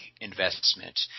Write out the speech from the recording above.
investment